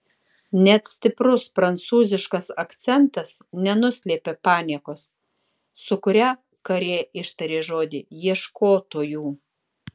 net stiprus prancūziškas akcentas nenuslėpė paniekos su kuria karė ištarė žodį ieškotojų